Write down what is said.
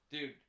Dude